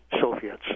Soviets